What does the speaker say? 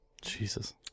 Jesus